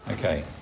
Okay